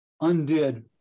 undid